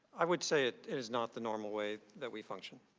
i would say it it is not the normal way that we function.